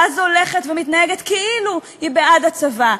ואז הולכת ומתנהגת כאילו היא בעד הצבא,